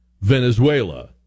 Venezuela